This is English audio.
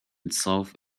itself